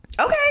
Okay